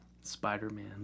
spider-man